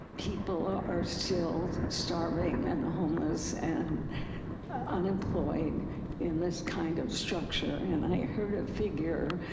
people are are still starving and homeless and unemployed in this kind of structure, and i heard a figure,